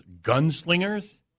gunslingers